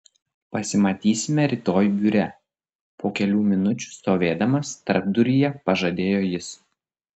pasimatysime rytoj biure po kelių minučių stovėdamas tarpduryje pažadėjo jis